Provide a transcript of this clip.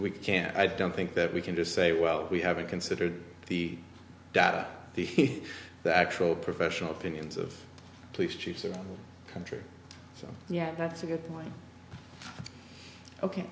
we can't i don't think that we can just say well we haven't considered the data the actual professional opinions of police chiefs in the country so yeah that's a good point ok